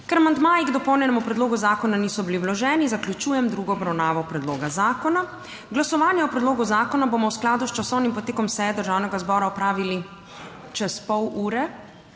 amandmaji k dopolnjenemu predlogu zakona niso bili vloženi, zaključujem drugo obravnavo predloga zakona. Glasovanje o predlogu zakona bomo v skladu s časovnim potekom seje Državnega zbora opravili čez pol ure